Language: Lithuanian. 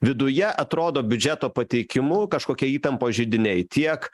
viduje atrodo biudžeto pateikimu kažkokie įtampos židiniai tiek